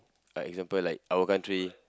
like example like our country